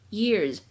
years